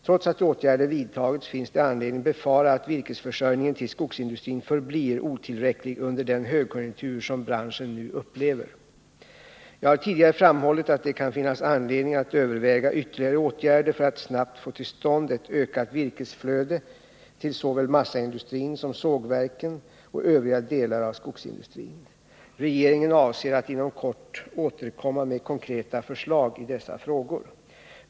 Trots att åtgärder vidtagits finns det anledning befara att virkesförsörjningen till skogsindustrin förblir otillräcklig under den högkonjunktur som branschen nu upplever. Jag har tidigare framhållit att det kan finnas anledning att överväga ytterligare åtgärder för att snabbt få till stånd ett ökat virkesflöde till såväl massaindustrin som sågverken och övriga delar av skogsindustrin. Regeringen avser att inom kort återkomma med konkreta förslag i dessa frågor.